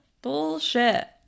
Bullshit